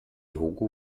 hugo